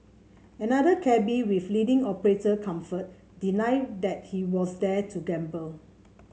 another cabby with leading operator Comfort denied that he was there to gamble